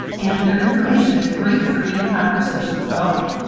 and their information is great for getting conversations going.